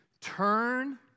Turn